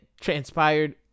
transpired